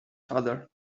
father